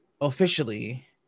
officially